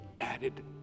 added